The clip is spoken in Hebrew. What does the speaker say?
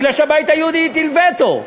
כי הבית היהודי הטיל וטו.